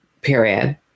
period